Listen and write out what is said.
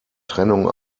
trennung